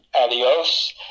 adios